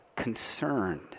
concerned